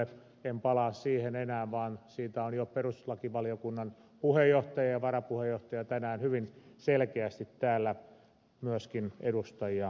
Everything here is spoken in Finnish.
en palaa siihen enää vaan siitä ovat jo perustuslakivaliokunnan puheenjohtaja ja varapuheenjohtaja tänään hyvin selkeästi täällä myöskin edustajia valaisseet